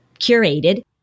curated